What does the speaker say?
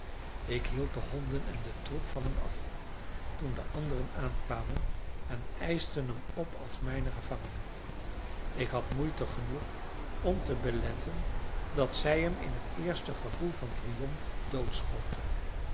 ik hield de honden en de troep van hem af toen de anderen aankwamen en eischte hem op als mijn gevangene ik had moeite genoeg om te beletten dat zij hem in het eerste gevoel van triomf doodschoten